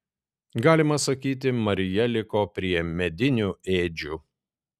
galima sakyti marija liko prie medinių ėdžių